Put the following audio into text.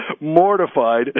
mortified